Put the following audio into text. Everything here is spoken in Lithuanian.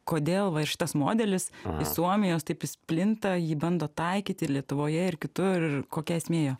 kodėl va ir šitas modelis į suomijos taip jis plinta jį bando taikyti lietuvoje ir kitur ir kokia esmė jo